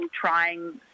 trying